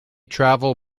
travel